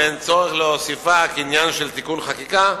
ואין צורך להוסיפה כעניין של תיקון חקיקה.